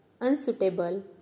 unsuitable